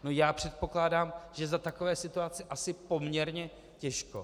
No já předpokládám, že za takové situace asi poměrně těžko.